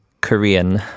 Korean